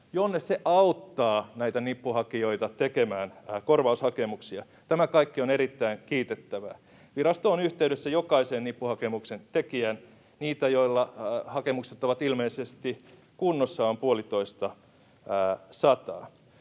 jonne se auttaa näitä nippuhakijoita tekemään korvaushakemuksia. Tämä kaikki on erittäin kiitettävää. Virasto on yhteydessä jokaiseen nippuhakemuksen tekijään. Niitä, joilla hakemukset on ilmeisesti kunnossa, on puolitoistasataa.